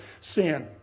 sin